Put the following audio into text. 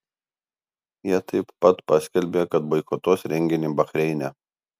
jie taip pat paskelbė kad boikotuos renginį bahreine